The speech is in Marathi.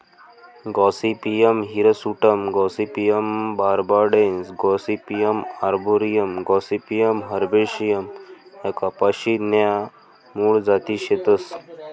Gossypium hirsutum Gossypium barbadense Gossypium arboreum Gossypium herbaceum ह्या कपाशी न्या मूळ जाती शेतस